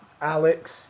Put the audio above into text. Alex